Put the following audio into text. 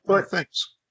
Thanks